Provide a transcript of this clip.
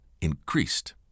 increased